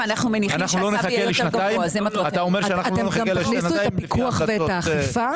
גם תכניסו את הפיקוח ואת האכיפה?